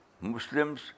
Muslims